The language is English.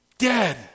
dead